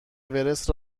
اورست